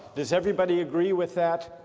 does everybody agree with that